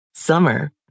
summer